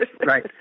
right